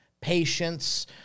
patience